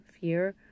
fear